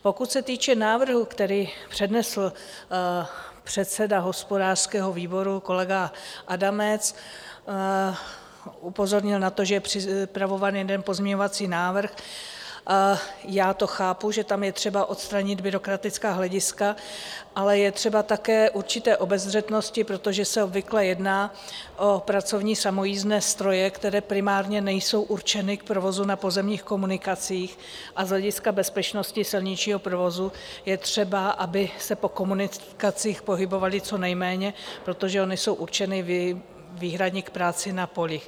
Pokud se týče návrhu, který přednesl předseda hospodářského výboru kolega Adamec, upozornil na to, že je připravován jeden pozměňovací návrh já to chápu, že tam je třeba odstranit byrokratická hlediska, ale je třeba také určité obezřetnosti, protože se obvykle jedná o pracovní samojízdné stroje, které primárně nejsou určeny k provozu na pozemních komunikacích, a z hlediska bezpečnosti silničního provozu je třeba, aby se po komunikacích pohybovaly co nejméně, protože ony jsou určeny výhradně k práci na polích.